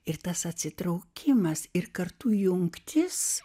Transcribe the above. ir tas atsitraukimas ir kartų jungtis